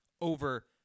over